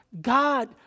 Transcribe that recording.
God